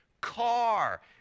car